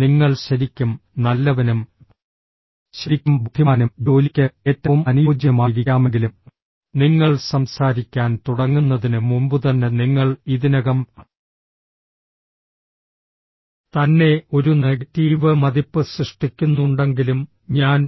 നിങ്ങൾ ശരിക്കും നല്ലവനും ശരിക്കും ബുദ്ധിമാനും ജോലിയ്ക്ക് ഏറ്റവും അനുയോജ്യനുമായിരിക്കാമെങ്കിലും നിങ്ങൾ സംസാരിക്കാൻ തുടങ്ങുന്നതിന് മുമ്പുതന്നെ നിങ്ങൾ ഇതിനകം തന്നെ ഒരു നെഗറ്റീവ് മതിപ്പ് സൃഷ്ടിക്കുന്നുണ്ടെങ്കിലും ഞാൻ